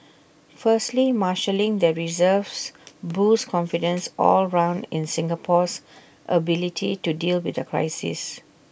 firstly marshalling the reserves boosts confidence all round in Singapore's ability to deal with the crisis